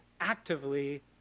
actively